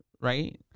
Right